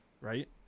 Right